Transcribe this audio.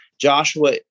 Joshua